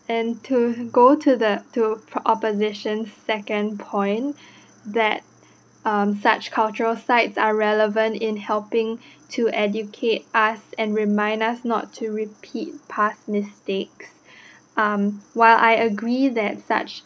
and to go to the to opposition second point that um such cultural sites are relevant in helping to educate us and remind us not to repeat past mistakes um while I agree that such